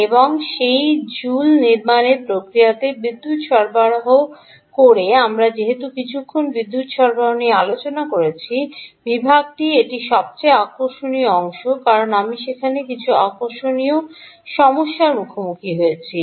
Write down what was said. এবং সেই জুল নির্মাণের প্রক্রিয়াতে বিদ্যুত সরবরাহ সরবরাহ করে আমরা যেহেতু কিছুক্ষণ বিদ্যুৎ সরবরাহ নিয়ে আলোচনা করছি বিভাগটি এটি সবচেয়ে আকর্ষণীয় অংশ কারণ আমি সেখানে কিছু আকর্ষণীয় সমস্যার মুখোমুখি হয়েছি